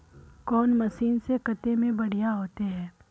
कौन मशीन से कते में बढ़िया होते है?